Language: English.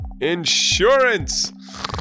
insurance